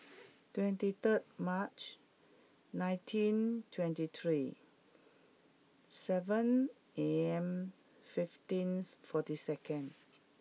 twenty third March nineteen twenty three seven A M fifteens forty second